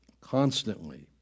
constantly